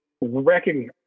recognize